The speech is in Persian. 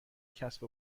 کسب